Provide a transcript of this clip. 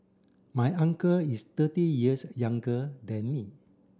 my uncle is thirty years younger than me